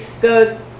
Goes